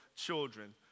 children